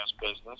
business